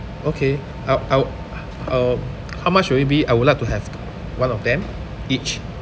okay I'll I'll uh how much will it be I would like to have one of them each